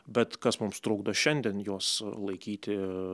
bet kas mums trukdo šiandien juos laikyti